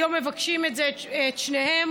היום מבקשים את שניהם.